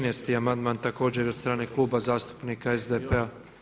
13. amandman također je od strane Kluba zastupnika SDP-a.